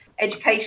education